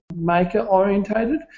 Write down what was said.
maker-orientated